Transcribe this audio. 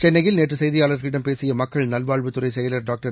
சென்னையில் நேற்று செய்தியாளர்களிடம் பேசிய மக்கள் நல்வாழ்வுத்துறை செயலர் டாக்டர்